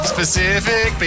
Specific